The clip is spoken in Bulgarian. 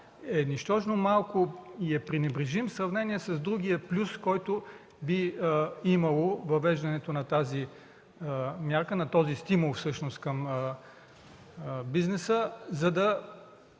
е нищожно малко и е пренебрежим в сравнение с другия плюс, който би имало въвеждането на тази мярка, на този стимул, за да